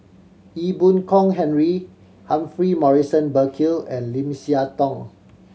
Ee Boon Kong Henry Humphrey Morrison Burkill and Lim Siah Tong